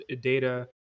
data